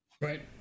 Right